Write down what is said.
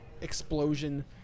explosion